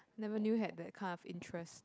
never knew had that kind of interest